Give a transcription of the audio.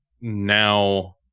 now